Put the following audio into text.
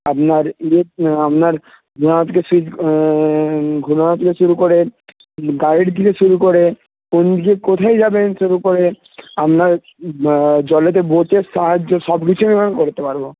আপনার লিপ আপনার ঘোরানো থেকে শু ঘোরানো থেকে শুরু করে গাইড থেকে শুরু করে কোন দিক কোথায় যাবেন শুরু করে আপনার জলেতে বোটের সাহায্য সব কিছুই আমি করতে পারবো